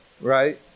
Right